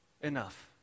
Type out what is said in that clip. enough